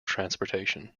transportation